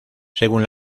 según